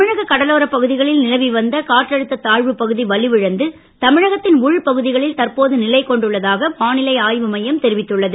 தமிழக கடலோர பகுதிகளில் நிலவி வந்த காற்றழுத்த தாழ்வு பகுதி வலுவிழந்து தமிழகத்தின் உள்பகுதிகளில் தற்போது நிலை கொண்டுள்ளதாக வானிலை ஆய்வு மையம் தெரிவித்துள்ளது